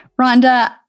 Rhonda